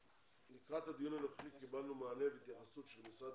לקראת הדיון הנוכחי קיבלנו מענה והתייחסות של משרד